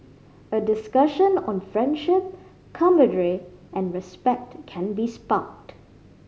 a discussion on friendship camaraderie and respect can be sparked